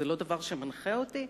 זה לא דבר שמנחה אותי?